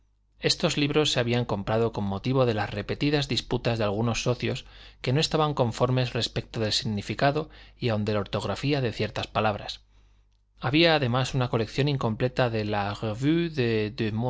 estos libros se habían comprado con motivo de las repetidas disputas de algunos socios que no estaban conformes respecto del significado y aun de la ortografía de ciertas palabras había además una colección incompleta de la revue des